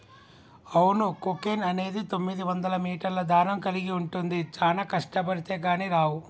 అవును కోకెన్ అనేది తొమ్మిదివందల మీటర్ల దారం కలిగి ఉంటుంది చానా కష్టబడితే కానీ రావు